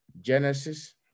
Genesis